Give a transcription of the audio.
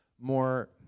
more